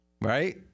Right